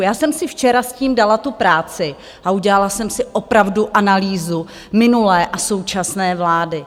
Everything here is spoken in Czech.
Já jsem si včera s tím dala tu práci a udělala jsem si opravdu analýzu minulé a současné vlády.